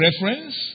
reference